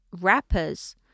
rappers